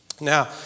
Now